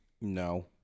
No